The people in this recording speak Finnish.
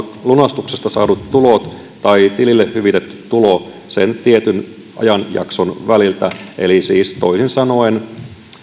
lunastuksesta saadut tulot tai tilille hyvitetty tulo sen tietyn ajanjakson väliltä siis toisin sanoen